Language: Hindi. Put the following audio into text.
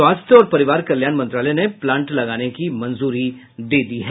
स्वास्थ्य और परिवार कल्याण मंत्रालय ने प्लांट लगाने की मंजूरी दे दी है